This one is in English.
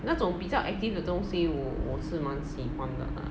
那种比较 active 的东西我是蛮喜欢的 lah